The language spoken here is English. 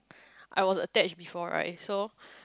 I was attached before right so